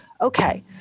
okay